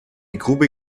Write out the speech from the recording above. grube